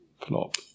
plop